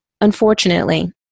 unfortunately